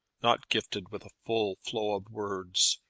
not gifted with a full flow of words,